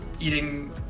eating